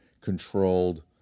controlled